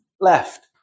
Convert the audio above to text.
left